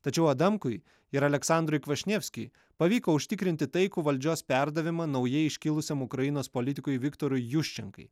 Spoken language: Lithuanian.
tačiau adamkui ir aleksandrui kvasnievskiui pavyko užtikrinti taikų valdžios perdavimą naujai iškilusiam ukrainos politikui viktorui juščenkai